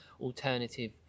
alternative